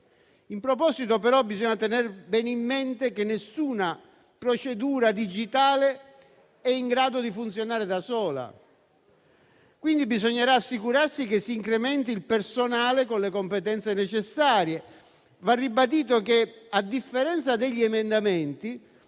In proposito però bisogna tenere bene in mente che nessuna procedura digitale è in grado di funzionare da sola. Quindi bisognerà assicurarsi che si incrementi il personale con le competenze necessarie. Va ribadito che, a differenza degli emendamenti,